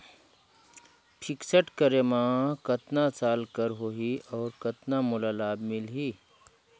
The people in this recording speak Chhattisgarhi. फिक्स्ड करे मे कतना साल कर हो ही और कतना मोला लाभ मिल ही?